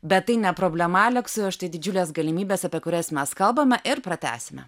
bet tai ne problema aleksui o štai didžiulės galimybės apie kurias mes kalbame ir pratęsime